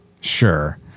Sure